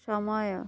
ସମୟ